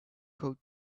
coat